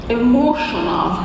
emotional